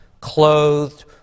clothed